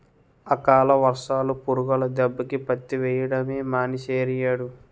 అకాల వర్షాలు, పురుగుల దెబ్బకి పత్తి వెయ్యడమే మానీసేరియ్యేడు